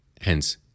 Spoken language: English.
Hence